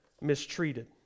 mistreated